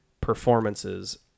performances